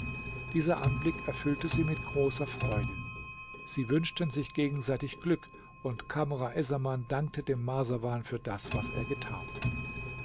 dieser anblick erfüllte sie mit großer freude sie wünschten sich gegenseitig glück und kamr essaman dankte dem marsawan für das was er getan